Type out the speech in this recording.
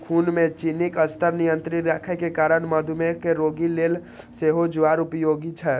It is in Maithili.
खून मे चीनीक स्तर नियंत्रित राखै के कारणें मधुमेह के रोगी लेल सेहो ज्वार उपयोगी छै